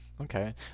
Okay